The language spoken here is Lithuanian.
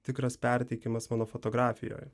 tikras perteikimas mano fotografijoj